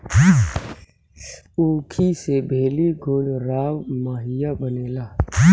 ऊखी से भेली, गुड़, राब, माहिया बनेला